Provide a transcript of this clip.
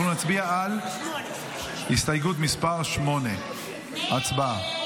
אנחנו נצביע על הסתייגות מס' 8. הצבעה.